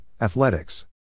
Athletics